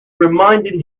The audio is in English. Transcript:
reminded